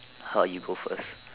how you go first